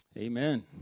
Amen